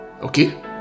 Okay